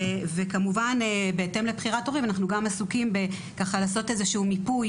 וכמובן בהתאם לבחירת ההורים אנחנו עסוקים גם בלעשות איזשהו מיפוי